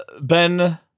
Ben